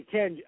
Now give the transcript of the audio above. Ken